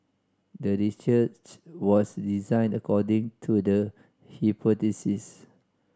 the was designed according to the